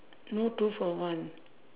no two for one